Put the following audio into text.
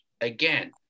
again